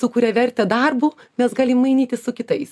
sukuria vertę darbu nes gali mainytis su kitais